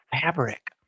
fabric